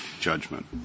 judgment